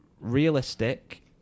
realistic